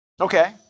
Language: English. Okay